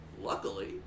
luckily